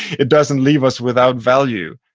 it doesn't leave us without value,